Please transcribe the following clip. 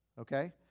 Okay